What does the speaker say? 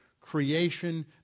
creation